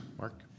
Mark